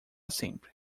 sempre